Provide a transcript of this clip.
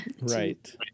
right